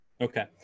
Okay